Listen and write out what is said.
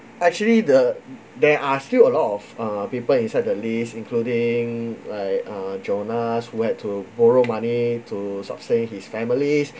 actually the there are still a lot of uh people inside the list including like uh jonas who had to borrow money to sustain his families